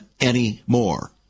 anymore